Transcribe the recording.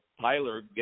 Tyler